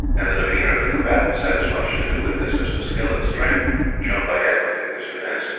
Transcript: and the demeanour of the combatants had as much to do with this as the skill and strength shown by edmund in his defence.